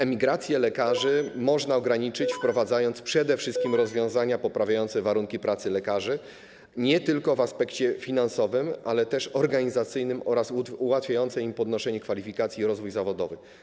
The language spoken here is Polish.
Emigrację lekarzy można ograniczyć, wprowadzając przede wszystkim rozwiązania poprawiające warunki pracy lekarzy, nie tylko w aspekcie finansowym, ale też organizacyjnym, oraz ułatwiające im podnoszenie kwalifikacji i rozwój zawodowy.